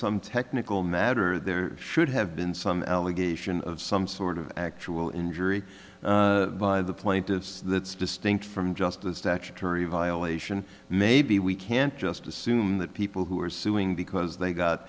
some technical matter there should have been some allegation of some sort of actual injury by the plaintiffs that's distinct from just a statutory violation maybe we can't just assume that people who are suing because they